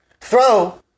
throw